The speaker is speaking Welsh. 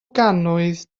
gannoedd